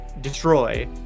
destroy